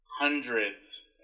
hundreds